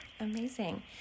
Amazing